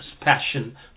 passion